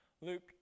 Luke